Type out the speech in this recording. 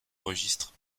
registres